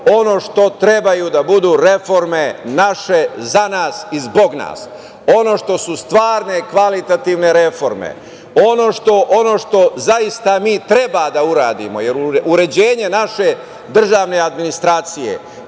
ono što trebaju da budu naše reforme, za nas i zbog nas, ono što su stvarne, kvalitativne reforme, ono što zaista mi treba da uradimo, jer uređenje naše državne administracije